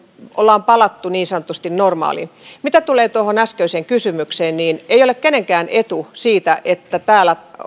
ollaan palattu niin sanotusti normaaliin mitä tulee tuohon äskeiseen kysymykseen niin ei ole kenenkään etu siinä että täällä